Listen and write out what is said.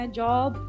job